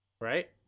Right